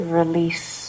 release